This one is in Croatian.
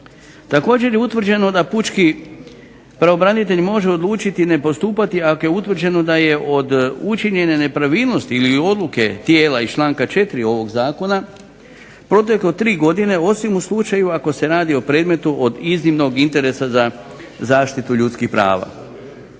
Također je utvrđeno da pučki pravobranitelj može odlučiti nepostupati ako je utvrđeno da je od učinjene nepravilnosti ili odluke tijela iz članka 4. ovog zakona proteklo tri godine osim u slučaju ako se radi o predmetu od iznimnog interesa za zaštitu ljudskih prava.